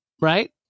Right